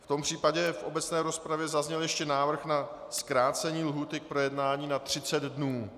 V tom případě v obecné rozpravě zazněl ještě návrh na zkrácení lhůty k projednání na 30 dnů.